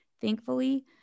thankfully